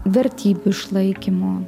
vertybių išlaikymu